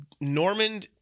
Norman